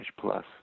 Plus